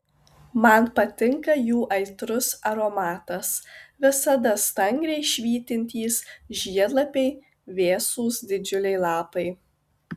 man patinka jų aitrus aromatas visada stangriai švytintys žiedlapiai vėsūs didžiuliai lapai